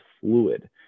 fluid